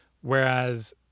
whereas